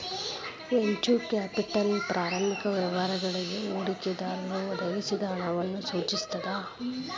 venture capital ಪ್ರಾರಂಭಿಕ ವ್ಯವಹಾರಗಳಿಗಿ ಹೂಡಿಕೆದಾರರು ಒದಗಿಸಿದ ಹಣವನ್ನ ಸೂಚಿಸ್ತದ